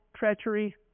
Treachery